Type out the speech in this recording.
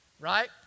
right